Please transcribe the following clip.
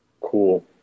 Cool